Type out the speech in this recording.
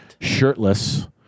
shirtless